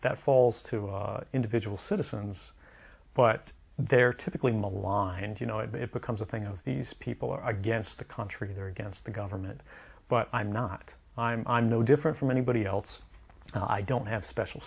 that falls to individual citizens but they're typically maligned you know it becomes a thing of these people are against the country they're against the government but i'm not i'm no different from anybody else i don't have special